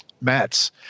mets